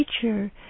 teacher